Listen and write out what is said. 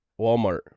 walmart